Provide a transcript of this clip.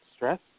Stress